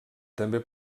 també